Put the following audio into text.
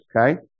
Okay